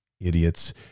idiots